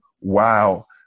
Wow